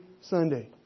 Sunday